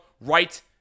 right